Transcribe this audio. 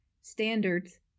standards